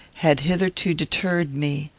had hitherto deterred me.